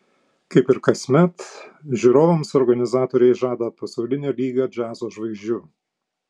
kaip ir kasmet žiūrovams organizatoriai žada pasaulinio lygio džiazo žvaigždžių